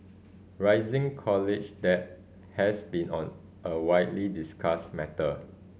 rising college debt has been on a widely discussed matter